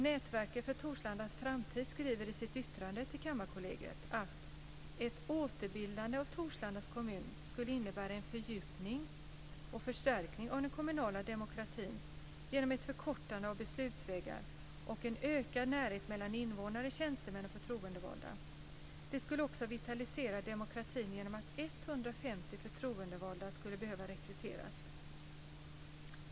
Nätverket för Torslandas framtid skriver i sitt yttrande till Kammarkollegiet: "Ett återbildande av Torslandas kommun skulle innebära en fördjupning och förstärkning av den kommunala demokratin genom ett förkortande av beslutsvägar och en ökad närhet mellan invånare, tjänstemän och förtroendevalda . det skulle också vitalisera demokratin genom att 150 förtroendevalda skulle behöva rekryteras."